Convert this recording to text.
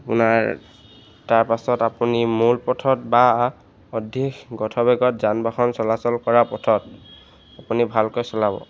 আপোনাৰ তাৰপাছত আপুনি মূল পথত বা অধিক পথ বেগত যান বাহন চলাচল কৰা পথত আপুনি ভালকৈ চলাব